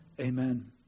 amen